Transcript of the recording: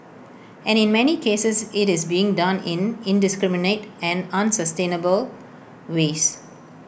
and in many cases IT is being done in indiscriminate and unsustainable ways